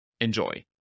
Enjoy